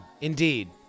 indeed